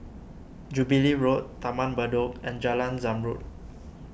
Jubilee Road Taman Bedok and Jalan Zamrud